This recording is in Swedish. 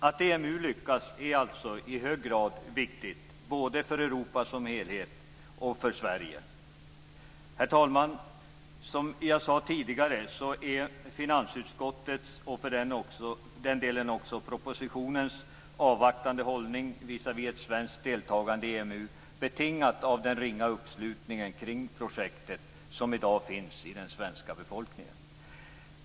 Att EMU lyckas är alltså i hög grad viktigt både för Europa som helhet och för Sverige. Herr talman! Som jag tidigare sade är finansutskottets och för den delen också propositionens avvaktande hållning visavi ett svenskt deltagande i EMU betingad av den ringa uppslutning kring projektet som i dag finns i den svenska befolkningen.